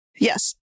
Yes